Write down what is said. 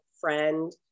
friend